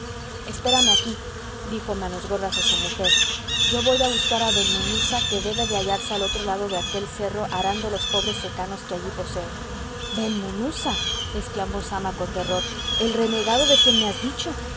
espérame aquí dijo manos gordas a su mujer yo voy á buscar a ben munuza que debe de hallarse al otro lado de aquel cerro arando los pobres secanos que allí posee ben munuza exclamó zama con terror el renegado de quien me has dicho